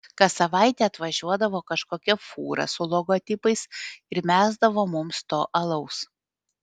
kas savaitę atvažiuodavo kažkokia fūra su logotipais ir mesdavo mums to alaus